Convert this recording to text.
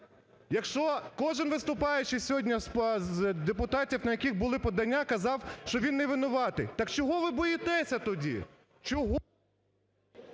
Якщо кожен виступаючий сьогодні з депутатів, на яких були подання, казав, що він не винуватий, так чого ви боїтеся тоді? Чого…